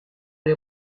les